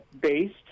based